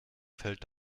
fällt